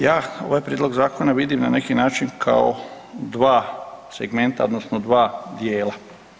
Ja ovaj prijedlog zakona vidim na neki način kao dva segmenta odnosno dva dijela.